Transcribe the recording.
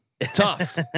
Tough